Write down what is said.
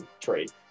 trade